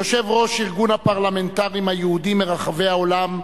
יושב-ראש ארגון הפרלמנטרים היהודים מרחבי העולם,